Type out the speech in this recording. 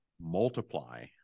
multiply